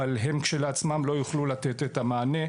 אבל הם כשלעצמם לא יוכלו לתת את המענה.